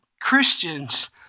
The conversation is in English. Christians